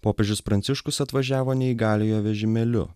popiežius pranciškus atvažiavo neįgaliojo vežimėliu